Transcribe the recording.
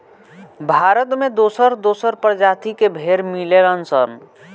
भारत में दोसर दोसर प्रजाति के भेड़ मिलेलन सन